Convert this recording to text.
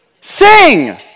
Sing